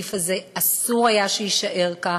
שהסעיף הזה, אסור היה שיישאר כך,